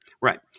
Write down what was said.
right